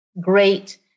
Great